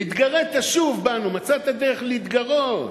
והתגרית שוב בנו, מצאת דרך להתגרות.